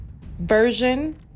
version